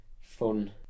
fun